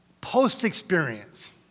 Post-experience